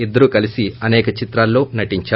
ఇద్దరూ కలిసి అనేక చిత్రాల్లో నటించారు